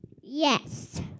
Yes